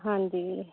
ਹਾਂਜੀ